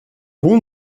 hon